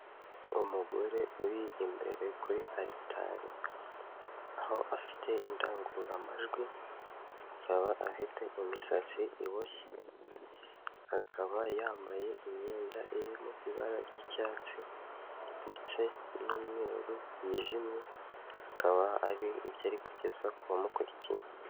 Umugore uri imbere kuri alitari aho afite indangururamajwi akaba afite imisatsi iboshye akaba yambaye imyenda irimo ibara ry'icyatsi ndetse n'umweru yijimye akaba ari ibyo ari kugeza ku bamukurikiye.